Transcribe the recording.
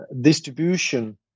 distribution